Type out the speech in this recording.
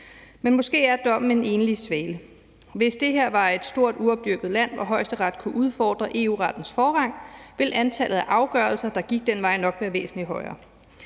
Men måske er dommen en enlig svale. Hvis det her var et stort, uopdyrket land, hvor Højesteret kunne udfordre EU-rettens forrang, ville antallet af afgørelser, der gik den vej, nok være væsentlig højere.